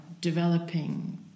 developing